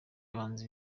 bahanzi